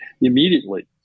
immediately